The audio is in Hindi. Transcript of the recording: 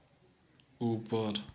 ऊपर